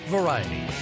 Variety